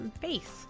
face